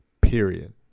period